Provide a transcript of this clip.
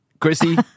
Chrissy